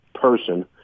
person